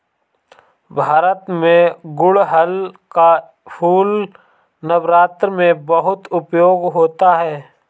भारत में गुड़हल का फूल नवरात्र में बहुत उपयोग होता है